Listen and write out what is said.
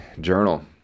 Journal